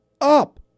up